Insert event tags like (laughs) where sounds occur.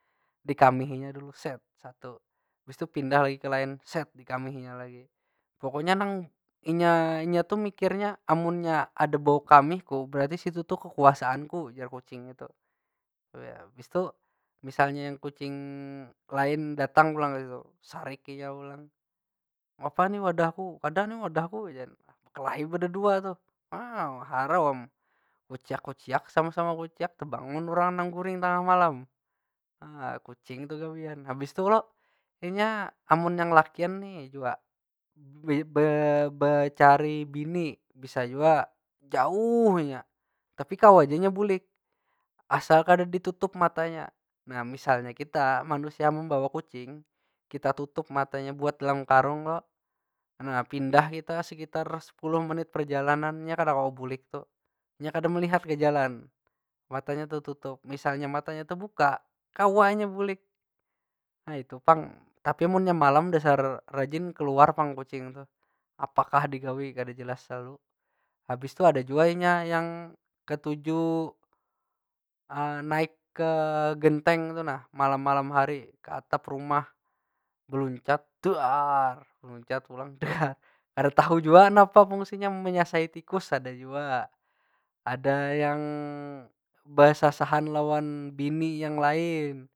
Dikaminya dulu, satu. Habis itu pindah lagi ke lain, dikamihinya lagi. Pokoknya nang, inya- inya tu mikirnya amunnya ada bau kamih ku berarti situ tu kekuasaanku jar kucingnya tu. (unintelligible) habis tu misalnya kucing lain datang pulang kaytu, sarik inya pulang. Apa ni wadah ku! Kada ni wadah ku, jarnya lah. Bekelahi bededua tuh. Na, harau am kuciak- kuciak sama- sama kuciak tebangun urang nang guring tengah malam. Na, kucing tu gawian. Habis tu kalo, inya amun yang lakian ni jua, be- be- be- becari bini bisa jua jauh inya, tapi kawa ja nya bulik. Asal kada ditutup matanya. Nah misalnya kita manusia membawa kucing, kita tutup matanya buat dalam karung lo, na pindah kita sekitar sepuluh menit perjalanan, nya kada kawa bulik tu. Inya kada melihat ke jalan, matanya tetutup. Misalnya matanya tebuka, kawa nya bulik. Nah itu pang, tapi munnya malam dasar rajin keluar pang kucing tuh. Apakah digawi kada jelas lalu. Habis tu ada jua inya yang ketuju (hesitation) naik ke genteng tu nah malam- malam hari, ke atap rumah. Buluncat, buluncat pulang. (laughs) Kada tahu jua napa fungsinya, menyasahi tikus ada jua, ada yang besasahan lawan bini yang lain.